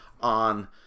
on